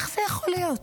איך זה יכול להיות?